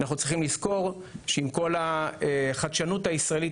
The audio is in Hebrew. אנחנו צריכים לזכור שעם כל החדשנות הישראלית